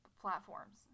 platforms